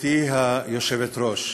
גברתי היושבת-ראש,